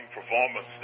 performance